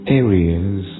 areas